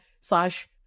slash